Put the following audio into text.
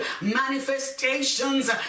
manifestations